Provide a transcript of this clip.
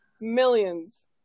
millions